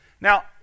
Now